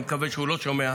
אני מקווה שהוא לא שומע.